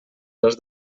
les